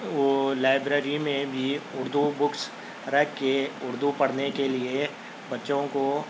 وہ لائبریری میں بھی اردو بکس رکھ کے اردو پڑھنے کے لئے بچوں کو